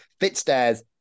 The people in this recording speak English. Fitstairs